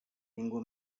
ningú